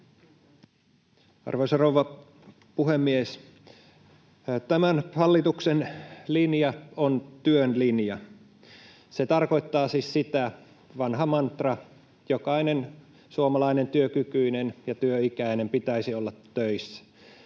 Arvoisa rouva puhemies! Tämän hallituksen linja on työn linja. Se tarkoittaa siis sitä, vanha mantra: jokaisen suomalaisen työkykyisen ja työikäisen pitäisi olla töissä.